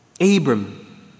Abram